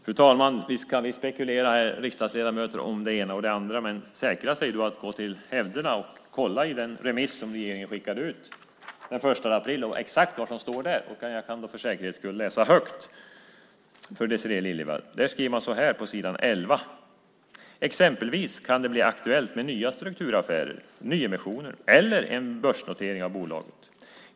Fru talman! Visst kan vi riksdagsledamöter spekulera om det ena och det andra, men säkrast är att gå till hävderna och kolla i den remiss som regeringen skickade ut den 1 april. Jag kan för säkerhets skull läsa högt för Désirée Liljevall. Där skriver man så här på s. 11: Exempelvis kan det bli aktuellt med nya strukturaffärer, nyemissioner eller en börsnotering av bolaget.